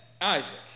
Isaac